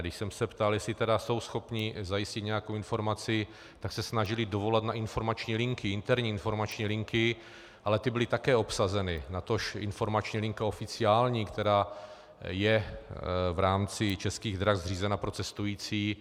Když jsem se ptal, jestli jsou schopni zajistit nějakou informaci, tak se snažili dovolat na informační linky, interní informační linky, ale ty byly také obsazeny, natož informační linka oficiální, která je v rámci Českých drah zřízena pro cestující.